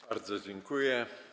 Bardzo dziękuje.